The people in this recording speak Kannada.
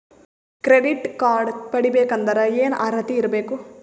ಕ್ರೆಡಿಟ್ ಕಾರ್ಡ್ ಪಡಿಬೇಕಂದರ ಏನ ಅರ್ಹತಿ ಇರಬೇಕು?